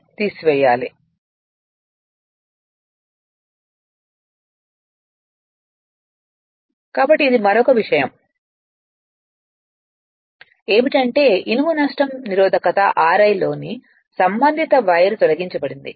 సులభం అవుతుంది కాబట్టి ఇది మరొక విషయం మరొక విషయం ఏమిటంటే ఇనుము నష్టం నిరోధకత Ri లోని సంబంధిత వైర్ తొలగించబడింది